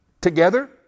together